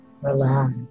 Relax